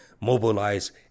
mobilize